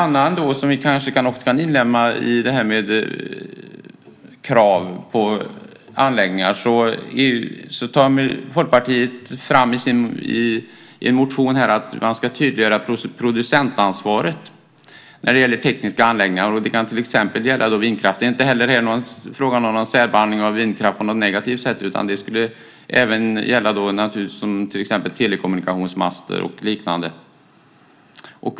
Något som vi kanske också kan inlemma i krav på anläggningar är det som Folkpartiet tar upp, nämligen att man ska tydliggöra producentansvaret när det gäller tekniska anläggningar. Det kan till exempel gälla vindkraft. Inte heller här handlar det om särbehandling av vindkraft på något negativt sätt. Det skulle även gälla telekommunikationsmaster och liknande.